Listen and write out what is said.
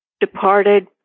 departed